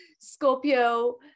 Scorpio